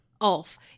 off